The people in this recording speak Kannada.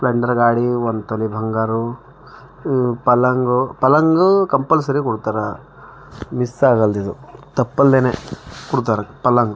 ಸ್ಪೆಂಡರ್ ಗಾಡಿ ಒಂದು ತೊಲೆ ಬಂಗಾರ ಪಲ್ಲಂಗ ಪಲಂಗ ಕಂಪಲ್ಸರೀ ಕೊಡ್ತಾರೆ ಮಿಸ್ ಆಗಲ್ದಿದು ತಪ್ಪಲ್ದೇನೆ ಕೊಡ್ತಾರೆ ಪಲ್ಲಂಗ